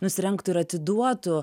nusirengtų ir atiduotų